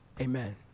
amen